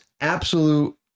absolute